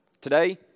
Today